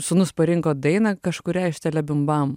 sūnus parinko dainą kažkurią iš tele bim bam